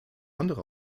andere